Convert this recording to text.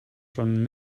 schon